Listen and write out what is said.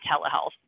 telehealth